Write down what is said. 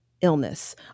illness